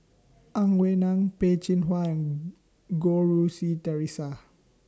Ang Wei Neng Peh Chin Hua and Goh Rui Si Theresa